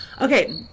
Okay